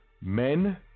men